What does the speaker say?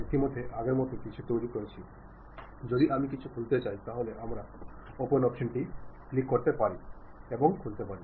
നിങ്ങൾക്കെല്ലാവർക്കും അറിയാവുന്നതുപോലെ ജീവിതത്തിലും ബിസിനസ്സിലും ആശയവിനിമയ കഴിവുകൾ വളരെ പ്രധാനമാണ്